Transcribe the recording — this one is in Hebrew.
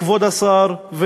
כבוד השר,